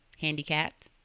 handicapped